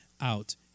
out